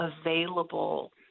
available